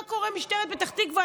מה קורה במשטרת פתח תקווה?